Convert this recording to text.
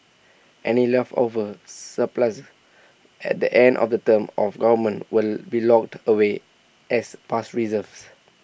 any leftover surpluses at the end of the term of government will be locked away as past reserves